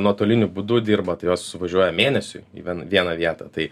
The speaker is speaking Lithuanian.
nuotoliniu būdu dirba tai jos suvažiuoja mėnesiui į vieną vietą tai